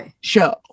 show